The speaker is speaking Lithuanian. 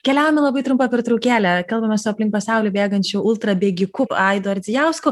keliaujam į labai trumpą pertraukėlę kalbamės su aplink pasaulį bėgančiu ultrabėgiku aidu ardzijausku